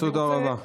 תודה רבה.